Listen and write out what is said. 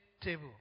table